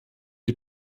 die